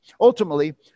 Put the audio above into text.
Ultimately